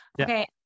Okay